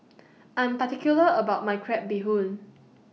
I'm particular about My Crab Bee Hoon